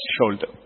shoulder